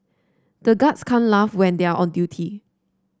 the guards can't laugh when they are on duty